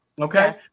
Okay